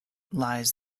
lies